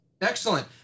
Excellent